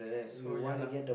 so yeah lah